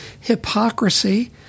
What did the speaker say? hypocrisy